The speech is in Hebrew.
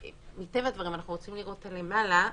מטבע הדברים אנחנו רוצים לראות את הלמעלה,